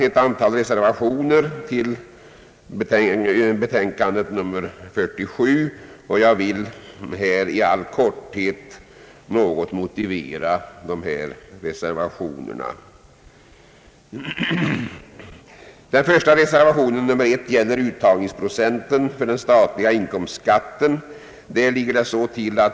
Ett antal reservationer har fogats till betänkandet nr 47, och jag vill här något motivera dessa reservationer. Reservation nr 1 gäller uttagsprocenten för den statliga inkomstskatten.